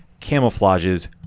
camouflages